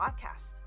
podcast